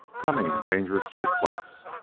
coming dangerously close.